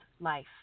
life